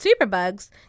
superbugs